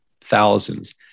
thousands